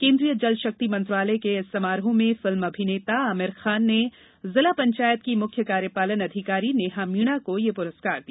केंद्रीय जल षक्ति मंत्रालय के इस समारोह में फिल्म अभिनेता आमीर खान ने जिला पंचायत की मुख्य कार्यपालन अधिकारी नेहा मीणा को ये पुरस्कार दिया